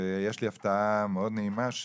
יש לי הפתעה מאוד נעימה,